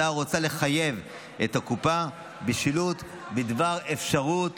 ההצעה רוצה לחייב את הקופה בשילוט בדבר אפשרות